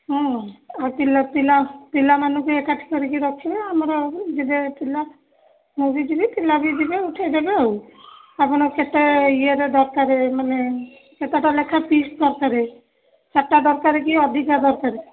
ହୁଁ ଆଉ ପିଲା ପିଲା ପିଲାମାନଙ୍କୁ ଏକାଠି କରିକି ରଖିବେ ଆମର ଯିବେ ପିଲା ମୁଁ ବି ଯିବି ପିଲା ବି ଯିବେ ଉଠାଇ ଦେବେ ଆଉ ଆପଣ କେତେ ଇଏରେ ଦରକାରେ ମାନେ କେତେଟା ଲେଖାଏଁ ପିସ୍ ଦରକାର ଚାରିଟା ଦରକାର କି ଅଧିକା ଦରକାର